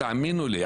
אני תאמינו לי,